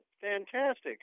Fantastic